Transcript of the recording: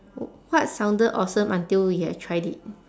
what sounded awesome until you have tried it